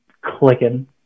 clicking